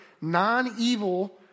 non-evil